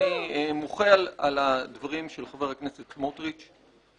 אני מוחה על דברי חבר הכנסת סמוטריץ'.